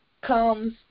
comes